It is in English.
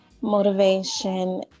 motivation